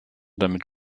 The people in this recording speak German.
damit